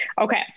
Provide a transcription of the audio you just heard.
Okay